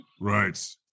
Right